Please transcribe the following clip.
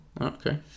Okay